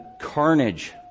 carnage